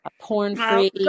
porn-free